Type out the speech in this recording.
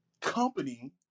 company